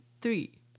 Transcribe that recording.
three